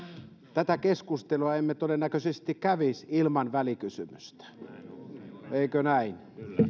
tätä keskustelua emme todennäköisesti kävisi ilman välikysymystä eikö näin